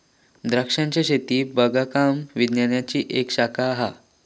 द्रांक्षांची शेती बागकाम विज्ञानाची एक शाखा हा